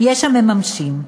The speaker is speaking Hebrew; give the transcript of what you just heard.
"יש המממשים.